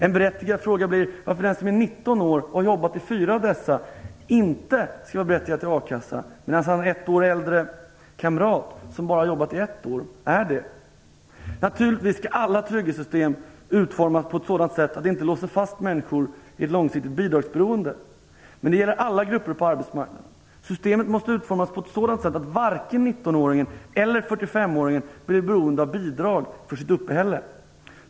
En berättigad fråga blir då varför den som år 19 år och har jobbat i fyra av dessa inte skall ha rätt till a-kassa medan en ett år äldre kamrat som bara jobbat ett år har det. Naturligtvis skall alla trygghetssystem utformas på ett sådant sätt att de inte låser fast människor i långsiktigt bidragsberoende. Men det gäller alla grupper på arbetsmarknaden. Systemet måste utformas så, att varken en 19-åring eller en 45-åring blir beroende av bidrag för sitt uppehälle.